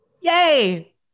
yay